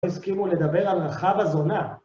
הסכימו לדבר על רחב הזונה.